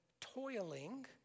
toiling